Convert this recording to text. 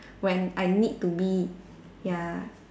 when I need to be ya